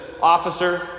officer